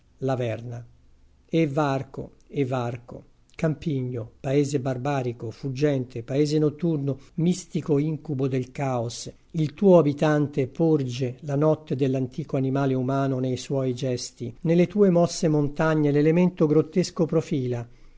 verna e varco e varco campigno paese barbarico fuggente paese notturno mistico incubo del caos il tuo abitante porge la notte dell'antico animale umano nei suoi gesti nelle tue mosse montagne l'elemento grottesco profila